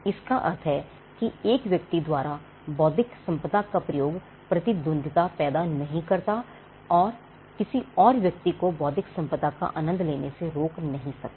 इसका अर्थ है कि एक व्यक्ति द्वारा बौद्धिक संपदा का प्रयोग प्रतिद्वंद्विता पैदा नहीं करता और किसी और व्यक्ति को बौद्धिक संपदा का आनंद लेने से नहीं रोक सकता